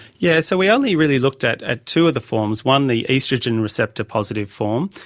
yes, so we only really looked at at two of the forms, one the oestrogen receptor positive form,